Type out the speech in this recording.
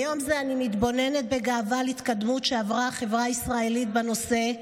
ביום זה אני מתבוננת בגאווה על ההתקדמות שעברה החברה הישראלית בנושא,